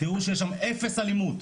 תראו שיש שם אפס אלימות.